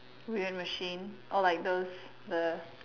weird machine all like those the